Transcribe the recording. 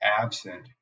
absent